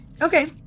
Okay